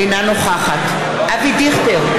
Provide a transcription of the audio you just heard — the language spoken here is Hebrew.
אינה נוכחת אבי דיכטר,